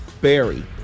Barry